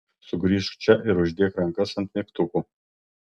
sugrįžk čia ir uždėk rankas ant mygtukų